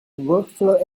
workflow